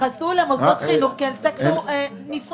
תתייחסו אל מוסדות חינוך כאל סקטור נפרד.